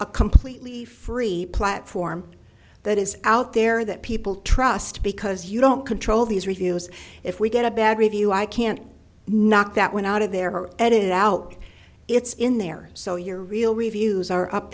a completely free platform that is out there that people trust because you don't control these reviews if we get a bad review i can't knock that went out of there are edited out it's in there so your real reviews are up